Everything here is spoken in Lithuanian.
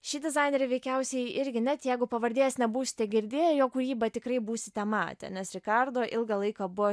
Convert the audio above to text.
šį dizainerį veikiausiai irgi net jeigu pavardės nebūsite girdėję jo kūrybą tikrai būsite matę nes rikardo ilgą laiką buvo